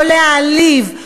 לא להעליב,